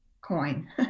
coin